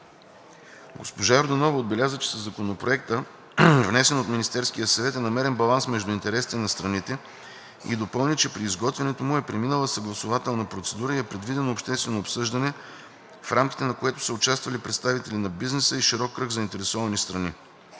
Госпожа Йорданова отбеляза, че със Законопроекта, внесен от Министерския съвет, е намерен баланс между интересите на страните и допълни, че при изготвянето му е преминала съгласувателна процедура и е проведено обществено обсъждане, в рамките на което са участвали представители на бизнеса и широк кръг заинтересовани страни.